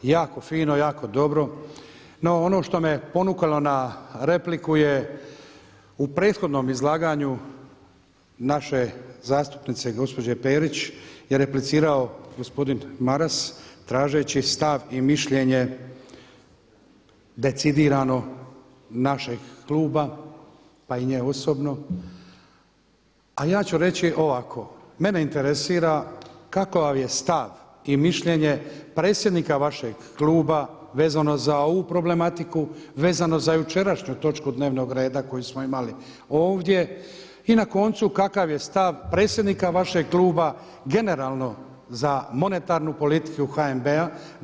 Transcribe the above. Jako fino, jako dobro no ono što me ponukalo na repliku je u prethodnom izlaganju naše zastupnice gospođe Perić je replicirao gospodin Maras tražeći stav i mišljenje decidirano našeg klupa pa i nje osobno a ja ću reći ovako mene zainteresira kakav je stav i mišljenje predsjednika vašeg kluba vezano za ovu problematiku, vezano za jučerašnju točku dnevnog reda koju smo imali ovdje i na koncu kakav je stav predsjednika vašeg kluba generalno za monetarnu politiku HNB-a?